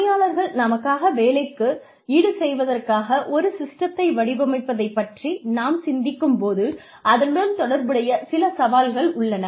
பணியாளர்கள் நமக்காகச் செய்யும் வேலைக்கு ஈடு செய்வதற்காக ஒரு சிஸ்டத்தை வடிவமைப்பதைப் பற்றி நாம் சிந்திக்கும் போது அதனுடன் தொடர்புடைய சில சவால்கள் உள்ளன